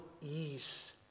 ease